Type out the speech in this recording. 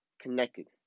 Connected